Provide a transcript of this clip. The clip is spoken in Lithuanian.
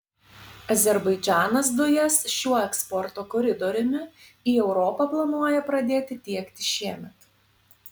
azerbaidžanas dujas šiuo eksporto koridoriumi į europą planuoja pradėti tiekti šiemet